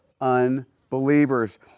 unbelievers